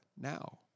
now